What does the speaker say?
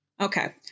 Okay